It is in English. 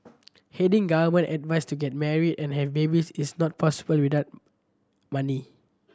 heeding government advice to get married and have babies is not possible without money